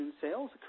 sales